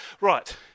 Right